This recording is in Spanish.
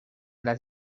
las